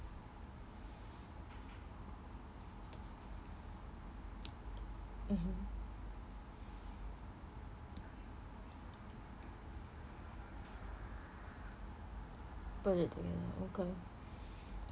mmhmm put it together okay